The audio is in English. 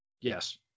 Yes